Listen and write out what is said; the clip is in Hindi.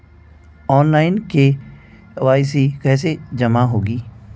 ऑनलाइन के.वाई.सी कैसे जमा होगी?